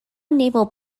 naval